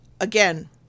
Again